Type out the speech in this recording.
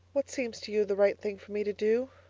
what seems to you the right thing for me to do?